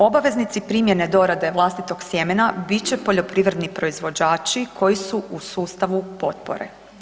Obaveznici primjene dorade vlastitog sjemena bit će poljoprivredni proizvođači koji su u sustavu potpore.